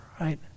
right